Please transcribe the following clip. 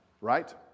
right